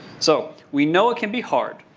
so, we know it can be hard.